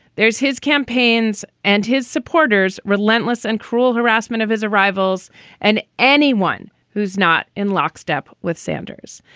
there's his campaigns and his supporters, relentless and cruel harassment of his rivals and anyone who's not in lockstep with sanders.